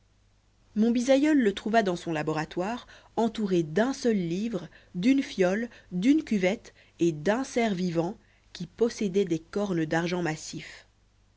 mon bisaïeul le trouva dans son laboratoire entouré d'un seul livre d'une fiole d'une cuvette et d'un cerf vivant qui possédait des cornes d'argent massif